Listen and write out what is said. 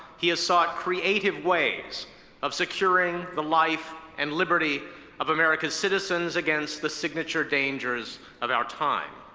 he has sought creative ways of securing the life and liberty of america's citizens against the signature dangers of our time.